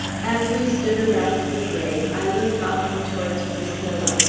as we stood around the grave, i looked often towards priscilla,